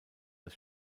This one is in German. das